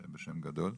בשם גדול.